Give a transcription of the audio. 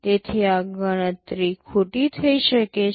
તેથી આ ગણતરી ખોટી થઈ શકે છે